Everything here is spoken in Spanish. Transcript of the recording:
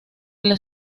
las